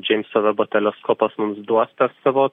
džeimso vebo teleskopas mums duos per savo